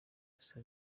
gusa